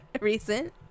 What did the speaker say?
Recent